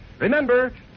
Remember